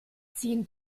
ziehen